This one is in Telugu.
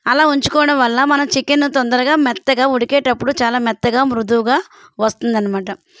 అలా ఉంచుకోవడం వల్ల మనం చికెన్ను తొందరగా మెత్తగా ఉడికేటప్పుడు చాలా మెత్తగా మృదువుగా వస్తుంది అన్నమాట